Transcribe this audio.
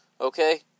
Okay